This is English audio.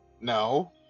No